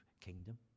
kingdom